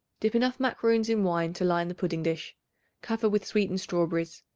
dip enough macaroons in wine to line the pudding-dish cover with sweetened strawberries.